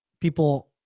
people